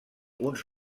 uns